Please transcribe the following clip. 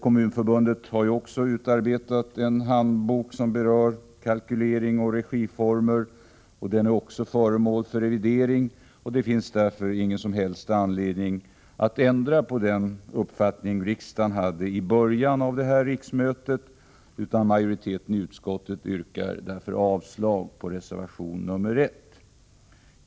Kommunförbundet har också utarbetat en handbok som berör kalkylering och regiformer. Den är föremål för revidering. Det finns därför ingen som helst anledning att ändra den uppfattning riksdagen hade i början av detta riksmöte. Majoriteten i utskottet yrkar därför avslag på den motion som följs upp i reservation 1, som jag yrkar avslag på.